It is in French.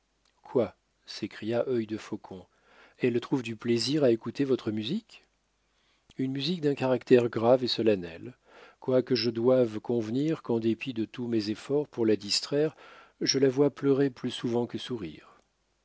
quoi s'écria œil de faucon elle trouve du plaisir à écouter votre musique une musique d'un caractère grave et solennel quoique je doive convenir qu'en dépit de tous mes efforts pour la distraire je la vois pleurer plus souvent que sourire